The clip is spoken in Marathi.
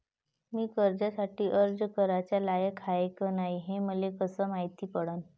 मी कर्जासाठी अर्ज कराचा लायक हाय का नाय हे मले कसं मायती पडन?